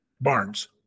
Barnes